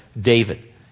David